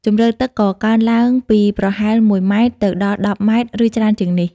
ជម្រៅទឹកក៏កើនឡើងពីប្រហែល ១ ម៉ែត្រ ទៅដល់ ១០ ម៉ែត្រ ឬច្រើនជាងនេះ។